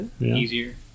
easier